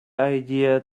idea